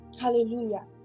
hallelujah